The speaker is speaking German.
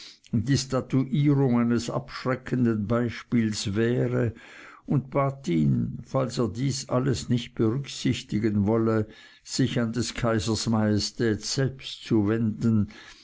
die statuierung eines abschreckenden beispiels wäre und bat ihn falls er dies alles nicht berücksichtigen wolle sich an des kaisers majestät selbst zu wenden